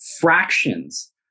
fractions